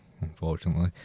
unfortunately